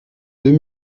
deux